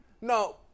No